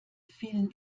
vielen